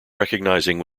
recognizing